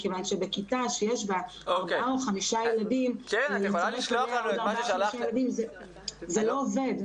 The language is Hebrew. מכיוון שבכיתה שיש בה ארבעה או חמישה ילדים --- זה לא עובד.